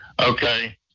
Okay